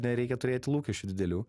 nereikia turėt lūkesčių didelių